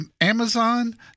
Amazon